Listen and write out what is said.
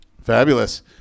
Fabulous